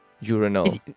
urinal